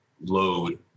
load